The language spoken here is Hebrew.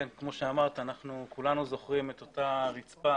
כמו שאמרת, כולנו זוכרים את אותה רצפה